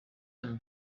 them